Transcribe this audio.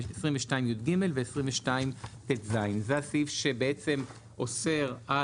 22יג ו-22טז"." זה הסעיף שבעצם אוסר על